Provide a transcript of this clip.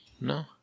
No